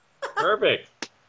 Perfect